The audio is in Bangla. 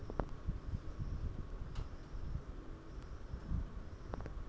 সিম পাতা হলুদ হয়ে যাওয়ার কারণ এবং প্রয়োজনীয় ওষুধ কি?